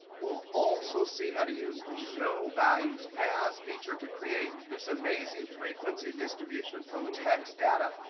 we'll also see how to use the show values as feature to create this amazing frequency distribution from text data.